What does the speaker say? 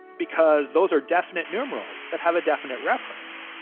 because those are definite numerals that have a definite reference.